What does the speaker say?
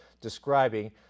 describing